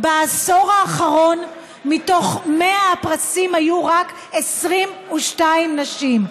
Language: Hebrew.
בעשור האחרון, מתוך 100 הפרסים, היו רק 22 נשים.